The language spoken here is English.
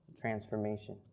transformation